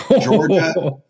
Georgia